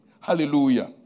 Hallelujah